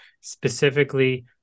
specifically